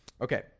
Okay